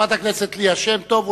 חברת הכנסת ליה שמטוב,